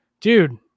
dude